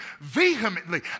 vehemently